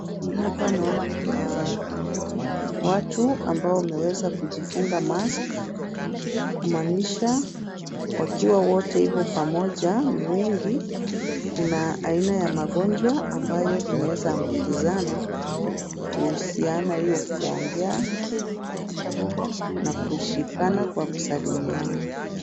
Hapa naona kuna watu ambao wameweza kujifunga mask , kumaanisha wakiwa wote ivo pamoja ni wengi kuna aina ya magonjwa ambayo inaweza ambukizana kuhusiana hiyo kuongea na kushikana kwa kusalimiana.